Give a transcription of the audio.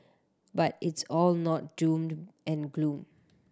but it's all not doomed and gloom